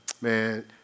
man